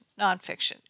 nonfiction